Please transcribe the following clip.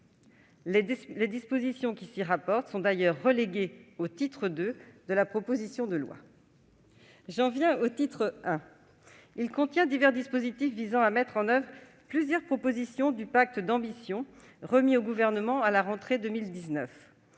Les dispositions qui se rapportent à celle-ci sont d'ailleurs reléguées au sein du titre II de la proposition de loi. J'en viens au titre I. Il contient divers dispositifs visant à mettre en oeuvre plusieurs propositions du pacte d'ambition remis au Gouvernement à la rentrée 2019,